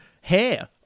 hair